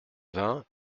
vin